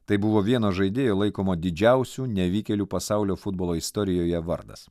tai buvo vieno žaidėjo laikomo didžiausiu nevykėliu pasaulio futbolo istorijoje vardas